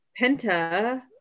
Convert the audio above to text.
penta